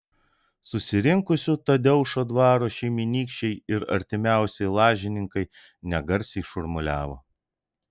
susirinkusių tadeušo dvaro šeimynykščiai ir artimiausieji lažininkai negarsiai šurmuliavo